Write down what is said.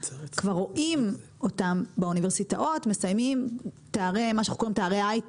כבר רואים אותם באוניברסיטאות מסיימים מה שאנחנו קוראים תארי הייטק,